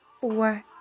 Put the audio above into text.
four